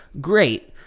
Great